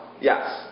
Yes